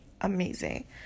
amazing